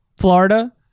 Florida